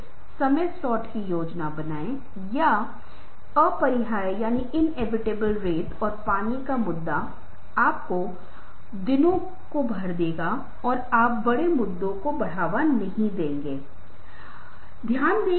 अपने उच्चारण पर काम करें प्रस्तुति से पहले अभ्यास करें और यदि आवश्यक हो तो इन दिनों अपनी प्रस्तुतियों को मोबाइल फोन से रिकॉर्ड करें और पता करें कि आपने कैसे किया है जहाँ आप गलतियाँ कर रहे हैं ताकि आप उन पर सुधार कर सकें